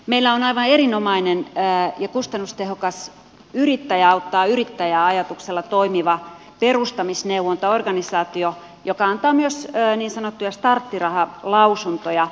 meillä on aivan erinomainen ja kustannustehokas yrittäjä auttaa yrittäjää ajatuksella toimiva perustamisneuvontaorganisaatio joka antaa myös niin sanottuja starttirahalausuntoja